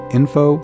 info